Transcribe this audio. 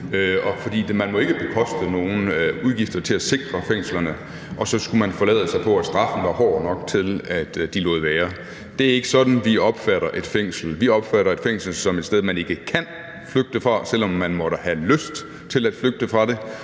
man må jo ikke bekoste nogen udgifter til at sikre fængslerne, og så skulle man forlade sig på, at straffen var hård nok til, at de lod være. Det er ikke sådan, vi opfatter et fængsel. Vi opfatter et fængsel som et sted, man ikke kan flygte fra, selv om man måtte have lyst til at flygte fra det.